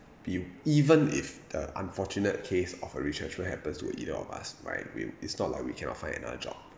be it even if the unfortunate case of a retrenchment happens to either of us right we'll it's not like we cannot find another job